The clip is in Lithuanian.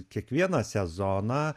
kiekvieną sezoną